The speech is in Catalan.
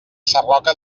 sarroca